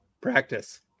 practice